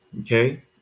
okay